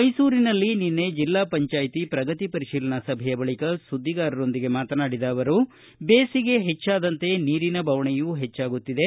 ಮೈಸೂರಿನಲ್ಲಿ ನಿನ್ನೆ ಜಿಲ್ಲಾ ಪಂಚಾಯ್ತಿ ಪ್ರಗತಿ ಪರಿಶೀಲನಾ ಸಭೆಯ ಬಳಿಕ ಸುದ್ದಿಗಾರರೊಂದಿಗೆ ಮಾತನಾಡಿದ ಅವರು ಬೇಸಿಗೆ ಹೆಚ್ಚಾದಂತೆ ನೀರಿನ ಬವಣೆಯೂ ಹೆಚ್ಚಾಗುತ್ತಿದೆ